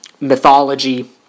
mythology